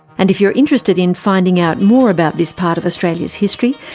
and if you're interested in finding out more about this part of australia's history,